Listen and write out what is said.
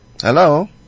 Hello